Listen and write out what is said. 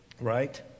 Right